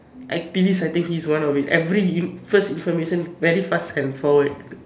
activist I think he's one of it every first information very fast can forward